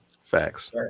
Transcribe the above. Facts